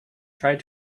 tried